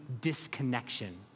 disconnection